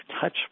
touch